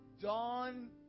dawn